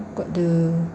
got the